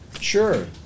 sure